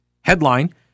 Headline